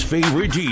Favorite